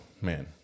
man